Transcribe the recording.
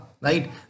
Right